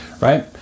right